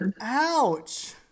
Ouch